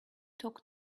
talk